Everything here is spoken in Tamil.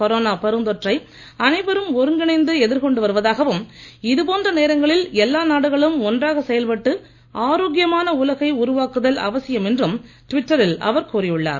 கொரோனா பெருந்தொற்றை அனைவரும் ஒருங்கிணைந்து எதிர்கொண்டு வருவதாகவும் இதுபோன்ற நேரங்களில் எல்லா நாடுகளும் ஒன்றாக செயல்பட்டு ஆரோக்யமான உலகை உருவாக்குதல் அவசியம் என்றும் டிவிட்டரில் அவர் கூறியுள்ளார்